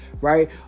right